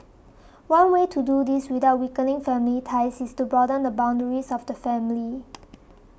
one way to do this without weakening family ties is to broaden the boundaries of the family